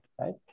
right